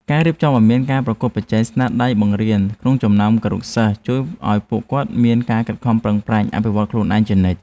ការរៀបចំឱ្យមានការប្រកួតប្រជែងស្នាដៃបង្រៀនក្នុងចំណោមគរុសិស្សជួយឱ្យពួកគាត់មានការខិតខំប្រឹងប្រែងអភិវឌ្ឍខ្លួនឯងជានិច្ច។